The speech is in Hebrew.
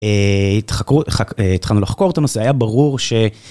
התחלנו לחקור את הנושא היה ברור ש...